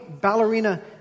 ballerina